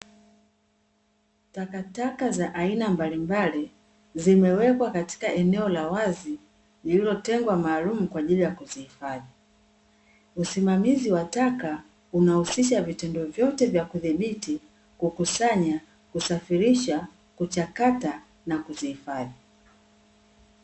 Takataka za aina mbalmbali zimewekwa katika eneo la wazi lililotengwa maalumu kwa ajili ya kuzihifadhi. Usimamizi wa taka unahusisha vitendo vyote vya kudhibiti, kukusanya, kusafirisha, kuchakata na kuzihifadhi.